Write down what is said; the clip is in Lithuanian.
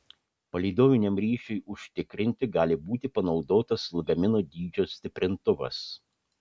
palydoviniam ryšiui užtikrinti gali būti panaudotas lagamino dydžio stiprintuvas